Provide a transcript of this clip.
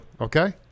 Okay